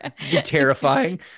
Terrifying